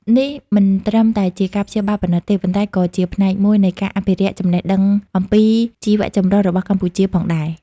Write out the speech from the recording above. នេះមិនត្រឹមតែជាការព្យាបាលប៉ុណ្ណោះទេ ប៉ុន្តែក៏ជាផ្នែកមួយនៃការអភិរក្សចំណេះដឹងអំពី ជីវៈចម្រុះ របស់កម្ពុជាផងដែរ។